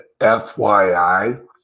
FYI